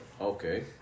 okay